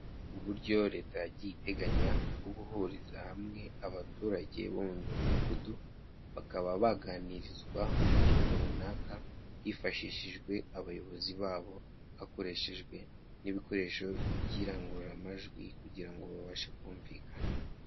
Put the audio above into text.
Uburyo leta yagiye iteganya bwo guhuriza hamwe abaturage bo mu midugudu, bakaba baganirizwa ku ngingo runaka, hifashishijwe abayobozi babo, hakoreshejwe n'ibikoresho by'irangururamajwi kugira ngo babashe kumvikana.